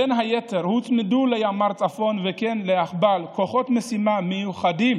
בין היתר הוצמדו לימ"ר צפון וכן ליאחב"ל כוחות משימה מיוחדים